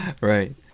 right